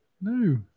No